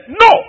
No